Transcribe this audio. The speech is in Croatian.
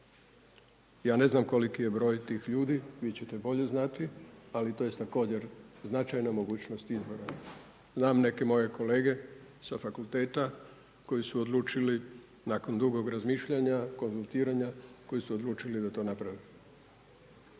Ja ne znam koliki je broj tih ljudi, vi ćete bolje znati, ali to je također značajna mogućnost … /ne razumije se/… Znam neke moje kolege sa fakulteta koji su odlučili nakon dugog razmišljanja, konzultiranja, koji su odlučili da to naprave